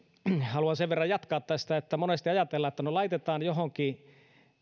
haluan sen verran jatkaa tästä että monesti ajatellaan että no laitetaan johonkin